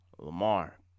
Lamar